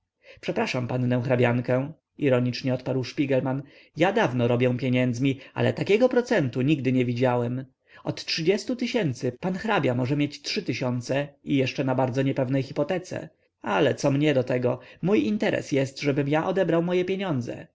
przepraszam pannę hrabiankę ironicznie odparł szpigelman ja dawno robię pieniędzmi ale takiego procentu nigdy nie widziałem od trzydziestu tysięcy pan hrabia może mieć trzy tysiące i jeszcze na bardzo niepewnej hipotece ale co mnie do tego mój interes jest żebym ja odebrał moje pieniądze